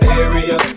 area